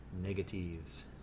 negatives